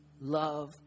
love